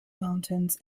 mountains